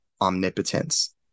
omnipotence